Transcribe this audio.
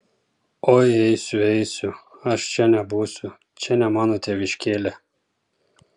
oi eisiu eisiu aš čia nebūsiu čia ne mano tėviškėlė